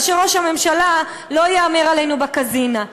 אז שראש הממשלה לא יהמר עלינו בקזינה,